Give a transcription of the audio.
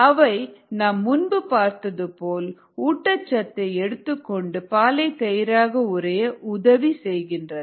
அவை நாம் முன்பு பார்த்தது போல் ஊட்டச்சத்தை எடுத்துக்கொண்டு பாலைத் தயிராக உரைய உதவி செய்கின்றன